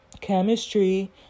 chemistry